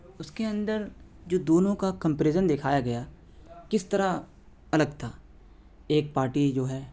اس کے اندر جو دونوں کا کمپرزن دکھایا گیا کس طرح الگ تھا ایک پارٹی جو ہے